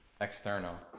external